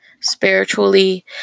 spiritually